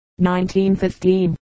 1915